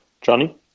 Johnny